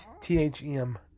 T-H-E-M